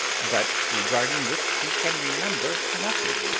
but regarding which she can remember nothing.